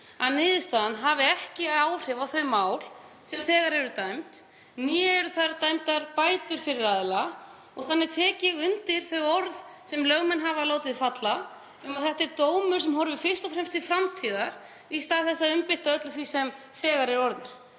að niðurstaðan hafi ekki áhrif á þau mál sem þegar eru dæmd né heldur eru þar dæmdar bætur fyrir aðila. Þannig tek ég undir þau orð sem lögmenn hafa látið falla um að þetta sé dómur sem horfi fyrst og fremst til framtíðar í stað þess að umbylta öllu því sem þegar er orðið.